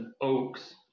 oaks